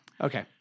Okay